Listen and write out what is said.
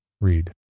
Read